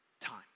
time